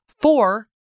four